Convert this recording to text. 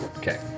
Okay